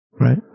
right